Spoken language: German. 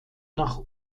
nach